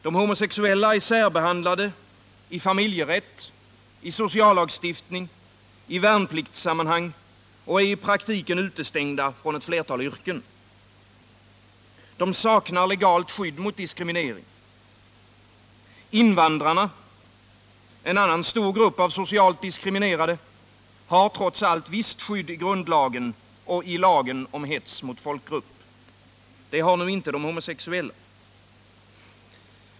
De homosexuella är särbehandlade i familjerätt, i sociallagstiftning och i värnpliktssammanhang och är i praktiken utestängda från ett flertal yrken. De saknar legalt skydd mot diskriminering. Invandrarna — en annan stor grupp av socialt diskriminerade — har trots allt visst skydd i grundlagen och i lagen om hets mot folkgrupp. Det har inte de homosexuella.